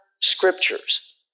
scriptures